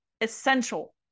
essential